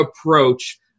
approach